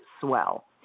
swell